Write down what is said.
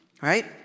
Right